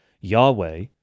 Yahweh